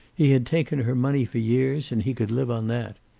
he had taken her money for years, and he could live on that.